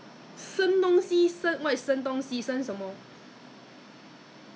at first I thought because 我的脚也是有生东西 so at first I thought was because of my